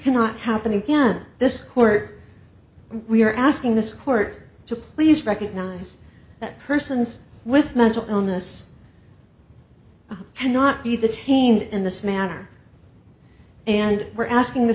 cannot happen again this court we are asking this court to please recognize that persons with mental illness cannot be the teemed in this matter and we're asking th